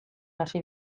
hasi